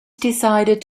decided